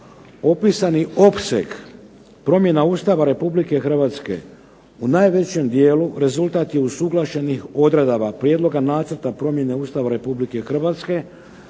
opisani opseg promjena Ustava Republike Hrvatske u najvećem dijelu rezultat je usuglašenih odredaba Prijedloga nacrta promjene Ustava Republike Hrvatske